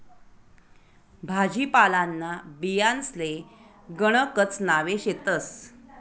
भाजीपालांना बियांसले गणकच नावे शेतस